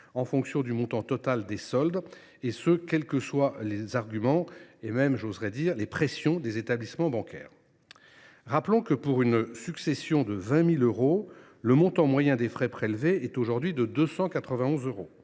en fonction du montant total des soldes, et ce, quels que soient les arguments, et même – j’ose le mot – les pressions des établissements bancaires. Rappelons que, pour une succession de 20 000 euros, le montant moyen de frais prélevés est aujourd’hui de 291 euros.